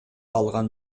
алган